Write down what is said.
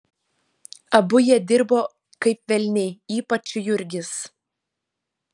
abu jie dirbo kaip velniai ypač jurgis